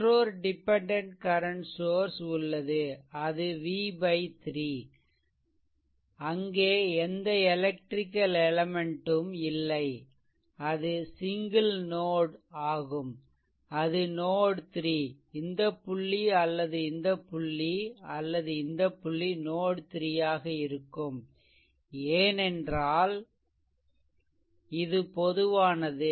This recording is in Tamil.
மற்றோர் டிபெண்டென்ட் கரன்ட் சோர்ஸ் உள்ளது அது v 3 அங்கே எந்த எலெக்ரிக்கல் எலெமென்ட் ம் இல்லை அது சிங்கிள் நோட் ஆகும் அது node 3 இந்த புள்ளி அல்லது இந்த புள்ளி அல்லது இந்த புள்ளி node 3 ஆக இருக்கும் ஏன்னெறால் இது பொதுவானது